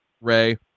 ray